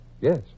Yes